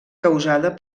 causada